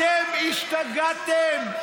אתם השתגעתם?